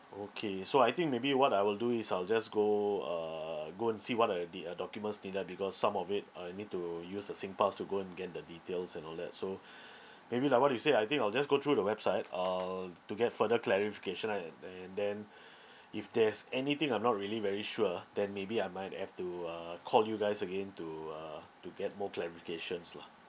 okay so I think maybe what I will do is I'll just go uh go and see what are the uh documents needed because some of it I need to use the singpass to go and get the details and all that so maybe like what you said I think I'll just go through the website I'll to get further clarification uh and then if there's anything I'm not really very sure then maybe I might have to uh call you guys again to uh to get more clarifications lah